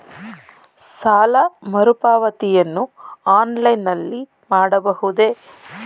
ಸಾಲ ಮರುಪಾವತಿಯನ್ನು ಆನ್ಲೈನ್ ನಲ್ಲಿ ಮಾಡಬಹುದೇ?